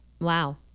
Wow